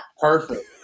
Perfect